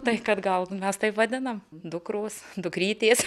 tai kad gal mes taip vadinam dukros dukrytės